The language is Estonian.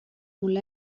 mul